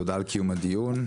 תודה על קיום הדיון.